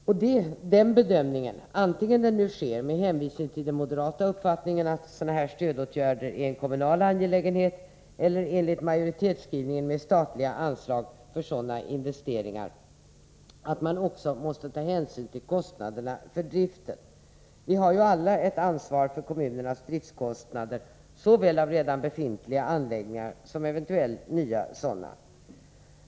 Vid den bedömningen — vare sig den sker med hänvisning till den moderata uppfattningen att stödåtgärder av det här slaget är en kommunal angelägenhet eller enligt majoritetsskrivningen, som förespråkar statliga anslag för sådana investeringar — måste man också ta hänsyn till kostnaderna för driften. Vi har alla ett ansvar för kommunernas driftkostnader såväl för redan befintliga anläggningar som för eventuellt nya sådana.